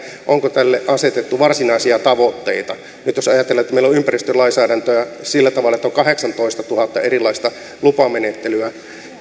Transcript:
onko tälle asetettu varsinaisia tavoitteita nyt jos ajatellaan että meillä on ympäristölainsäädäntöä sillä tavalla että on kahdeksantoistatuhatta erilaista lupamenettelyä